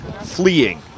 fleeing